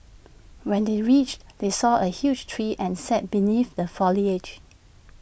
when they reached they saw A huge tree and sat beneath the foliage